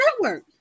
network